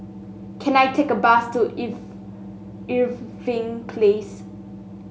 can I take a bus to Irv Irving Place